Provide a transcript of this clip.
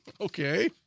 Okay